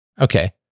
Okay